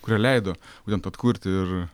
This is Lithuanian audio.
kurie leido būtent atkurti ir